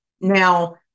Now